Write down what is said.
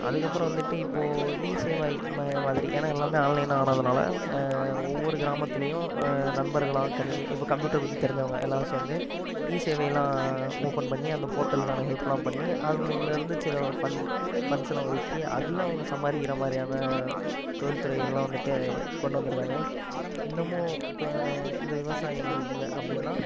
அதுக்கப்புறம் வந்துட்டு இப்போது இசேவை மையம் மாதிரி ஏன்னால் எல்லாமே ஆன்லைனாக ஆனதுனால் ஒவ்வொரு கிராமத்துலையும் நண்பர்களாக கணினி இப்போ கம்ப்யூட்டரை பற்றி தெரிஞ்சவங்க எல்லாரும் சேர்ந்து இசேவைலாம் ஓப்பன் பண்ணி அந்த போர்ட்டலுக்கான ஹெல்ப்லாம் பண்ணி அது மூல இருந்து சில ஃப்ண்ட் ஃபண்ட்ஸ்லாம் ஒதுக்கி அதில் அவங்க சம்பாதிக்கிற மாதிரியான தொழில் துறையெல்லாம் வந்துட்டு கொண்டு வந்திருக்காங்க இன்னுமும் இந்த விவசாயிங்க அப்படின்னா